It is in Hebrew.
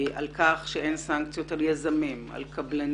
על כך שאין סנקציות על יזמים וקבלנים,